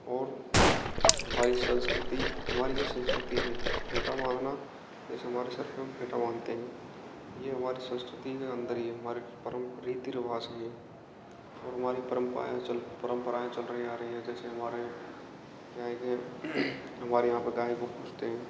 और हमारी संस्कृति हमारी ये संस्कृति हैं फेंटा बाँधना जैसे हमारे सिर हम फेंटा बाँधते हैं ये हमारी संस्कृति के अंदर ही है हमारी परम रीति रिवाज हैं और हमारी परंपराएं चल परंपराएं चल रही आ रही हैं जैसे हमारे क्या है कि हमारे यहाँ पर गाय को पूजते हैं